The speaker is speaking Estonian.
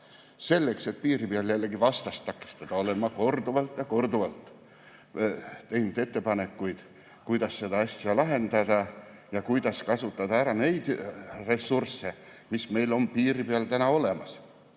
Selleks, et piiri peal vastast takistada, olen ma korduvalt ja korduvalt teinud ettepanekuid, kuidas seda asja lahendada ja kuidas kasutada ära neid ressursse, mis meil on piiri peal olemas.